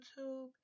YouTube